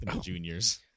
juniors